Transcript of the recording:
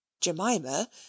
jemima